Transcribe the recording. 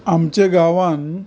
आमचे गांवांत